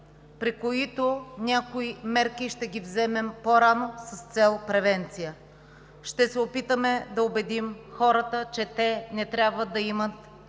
при които някои мерки ще ги вземем по-рано с цел превенция. Ще се опитаме да убедим хората, че те не трябва да имат